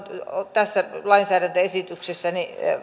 tässä lainsäädäntöesityksessä